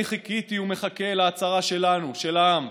אני חיכיתי ומחכה להצהרה שלנו, של העם,